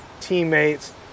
teammates